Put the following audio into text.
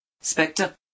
Spectre